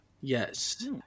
Yes